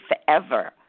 forever